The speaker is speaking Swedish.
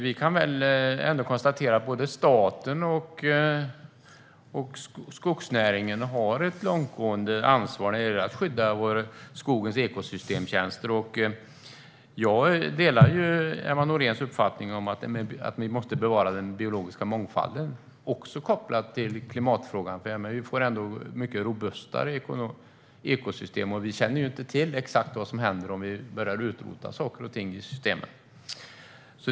Vi kan ändå konstatera att både staten och skogsnäringen har ett långtgående ansvar när det gäller att skydda skogens ekosystemtjänster. Jag delar Emma Nohréns uppfattning att vi måste bevara den biologiska mångfalden också kopplat till klimatfrågan. Vi får mycket robustare ekosystem, och vi känner inte till exakt vad som händer om vi börjar utrota saker och ting i systemen.